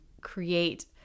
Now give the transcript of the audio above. create